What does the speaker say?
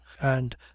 And